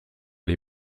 les